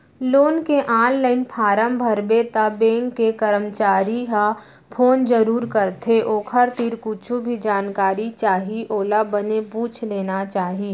loan के online form भरबे त बेंक के करमचारी ह फोन जरूर करथे ओखर तीर कुछु भी जानकारी चाही ओला बने पूछ लेना चाही